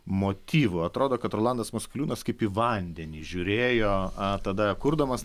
motyvų atrodo kad rolandas maskoliūnas kaip į vandenį žiūrėjo a tada kurdamas